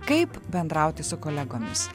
kaip bendrauti su kolegomis